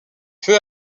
peu